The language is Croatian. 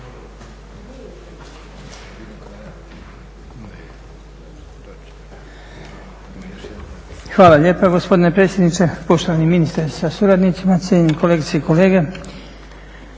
Hvala lijepa gospodine predsjedniče. Poštovani ministre sa suradnicima, cijenjene kolegice i kolege.